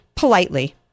politely